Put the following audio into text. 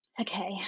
Okay